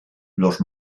los